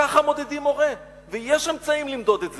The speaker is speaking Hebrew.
ככה מודדים מורה ויש אמצעים למדוד את זה,